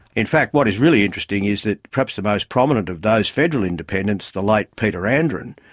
in fact what is really interesting is that perhaps the most prominent of those federal independents, the late peter andren,